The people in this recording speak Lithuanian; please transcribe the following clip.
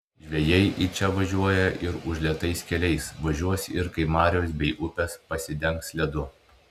žvejai į čia važiuoja ir užlietais keliais važiuos ir kai marios bei upės pasidengs ledu